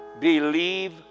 Believe